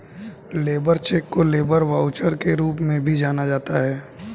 labour cheque को labour voucher के रूप में भी जाना जाता है